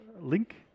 link